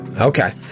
Okay